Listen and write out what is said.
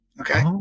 Okay